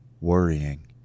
worrying